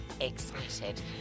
excited